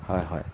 হয় হয়